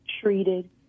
treated